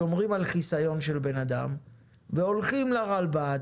שומרים על חיסיון של בן-אדם והולכים לרלב"ד